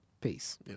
Peace